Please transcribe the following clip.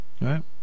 Right